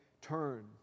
turn